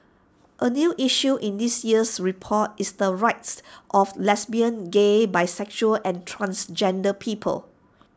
A new issue in this year's report is the rights of lesbian gay bisexual and transgender people